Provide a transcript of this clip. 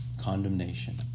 condemnation